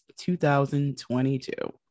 2022